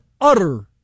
utter